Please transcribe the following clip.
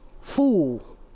Fool